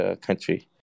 country